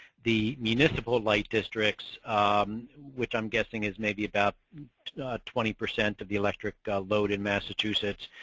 the municipal light districts um which i'm guessing is maybe about twenty percent of the electric load in massachusetts,